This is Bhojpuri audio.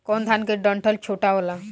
कौन धान के डंठल छोटा होला?